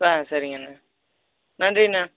ஆ சரிங்க அண்ணன் நன்றி அண்ணன்